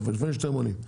לפני שאתם עונים.